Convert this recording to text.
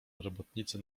robotnicy